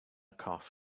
cough